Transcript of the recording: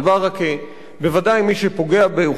בוודאי מי שפוגע באוכלוסייה אזרחית,